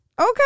Okay